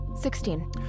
Sixteen